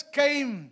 came